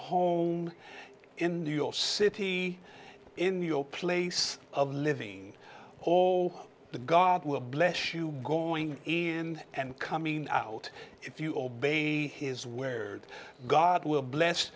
home in new york city in your place of living oh the god will bless you going in and coming out if you obey his where'd god will bless